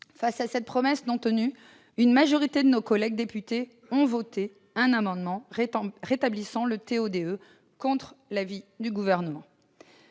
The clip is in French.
Devant cette promesse non tenue, une majorité de nos collègues députés ont adopté un amendement visant à rétablir le TODE, contre l'avis du Gouvernement.